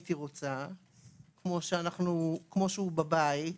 שהייתי רוצה וכמו אם היה בבית.